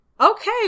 Okay